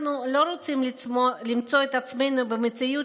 אנחנו לא רוצים למצוא את עצמנו במציאות